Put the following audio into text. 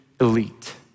elite